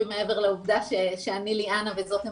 מעבר לעובדה שאני ליאנה וזאת עמדתי,